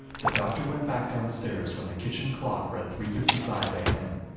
the doctor went back downstairs when the kitchen clock read three fifty five a m.